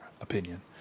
opinion